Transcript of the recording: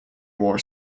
war